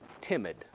timid